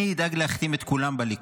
אני אדאג להחתים את כולם בליכוד,